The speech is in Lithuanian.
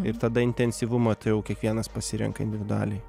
ir tada intensyvumą tai jau kiekvienas pasirenka individualiai